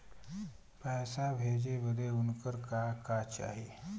पैसा भेजे बदे उनकर का का चाही?